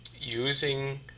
using